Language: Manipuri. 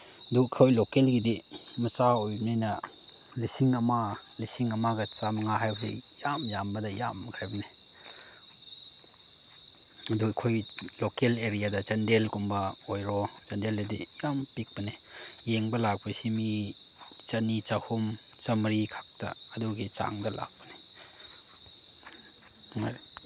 ꯑꯗꯨ ꯑꯩꯈꯣꯏ ꯂꯣꯀꯦꯜꯒꯤꯗꯤ ꯃꯆꯥ ꯑꯣꯏꯕꯅꯤꯅ ꯂꯤꯁꯤꯡ ꯑꯃ ꯂꯤꯁꯤꯡ ꯑꯃꯒ ꯆꯥꯝꯃꯉꯥ ꯍꯥꯏꯕꯁꯦ ꯌꯥꯝ ꯌꯥꯝꯕꯗ ꯌꯥꯝꯈ꯭ꯔꯕꯅꯦ ꯑꯗꯨ ꯑꯩꯈꯣꯏ ꯂꯣꯀꯦꯜ ꯑꯦꯔꯤꯌꯥꯗ ꯆꯥꯟꯗꯦꯜꯒꯨꯝꯕ ꯑꯣꯏꯔꯣ ꯆꯥꯟꯗꯦꯜꯗꯗꯤ ꯌꯥꯝ ꯄꯤꯛꯄꯅꯦ ꯌꯦꯡꯕ ꯂꯥꯛꯄꯁꯤ ꯃꯤ ꯆꯅꯤ ꯆꯍꯨꯝ ꯆꯥꯝꯃꯔꯤꯈꯛꯇ ꯑꯗꯨꯒꯤ ꯆꯥꯡꯗ ꯂꯥꯛꯄꯅꯦ